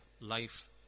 life